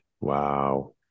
Wow